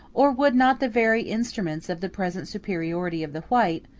or would not the very instruments of the present superiority of the white,